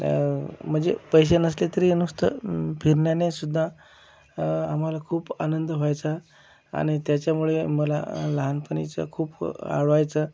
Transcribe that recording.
म्हणजे पैसे नसले तरी नुसतं फिरण्यानेसुद्धा आम्हाला खूप आनंद व्हायचा आणि त्याच्यामुळे मला लहानपणीचं खूप आवडायचं